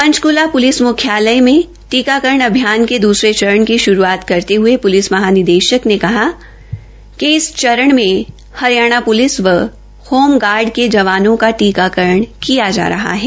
Panchkula police मुख्यालय में टीकाकरण अभियान के दूसरे चरण की श्रूअआत करते हथे पुलिस महानिदेशक ने कहा कि इस चरण में हरियाणा पुलिस व होमगार्ड के जवानों का टीकाकरण किया जा रहा है